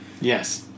Yes